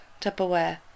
Tupperware